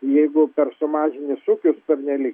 jeigu per sumaži sūkius pernelyg